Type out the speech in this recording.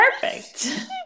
Perfect